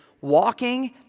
walking